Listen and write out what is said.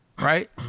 right